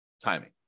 timing